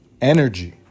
energy